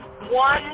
one